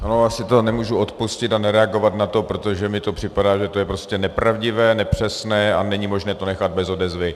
Já si to nemůžu odpustit a nereagovat na to, protože mi připadá, že to je prostě nepravdivé, nepřesné a není možné to nechat bez odezvy.